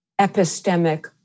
epistemic